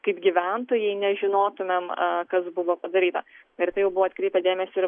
kaip gyventojai nežinotumėm kas buvo padaryta ir tai jau buvo atkreipė dėmesį ir